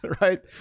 right